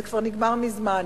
זה כבר נגמר מזמן.